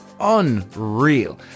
unreal